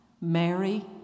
Mary